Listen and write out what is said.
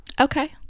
okay